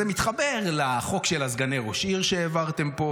זה מתחבר לחוק של סגני ראש העיר שהעברתם פה.